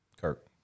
kirk